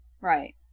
right